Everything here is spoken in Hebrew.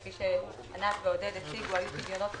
כפי שענת ועודד הציגו, היו פדיונות חריגים,